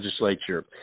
legislature